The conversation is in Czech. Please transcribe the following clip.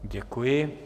Děkuji.